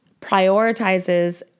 prioritizes